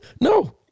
No